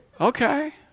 Okay